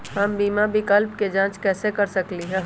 हम बीमा विकल्प के जाँच कैसे कर सकली ह?